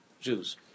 Jews